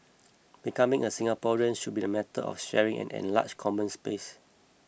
becoming a Singaporean should be a matter of sharing an enlarged common space